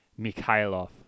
Mikhailov